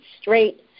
straight